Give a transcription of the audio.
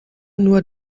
nur